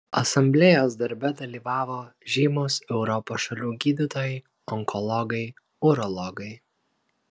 asamblėjos darbe dalyvavo žymūs europos šalių gydytojai onkologai urologai